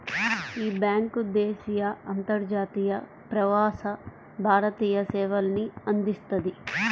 యీ బ్యేంకు దేశీయ, అంతర్జాతీయ, ప్రవాస భారతీయ సేవల్ని అందిస్తది